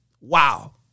Wow